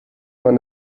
man